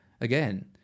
again